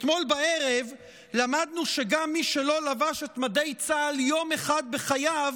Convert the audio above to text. אתמול בערב למדנו שגם מי שלא לבש את מדי צה"ל יום אחד בחייו,